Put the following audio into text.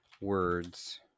words